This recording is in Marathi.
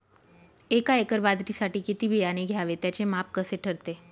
एका एकर बाजरीसाठी किती बियाणे घ्यावे? त्याचे माप कसे ठरते?